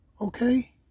Okay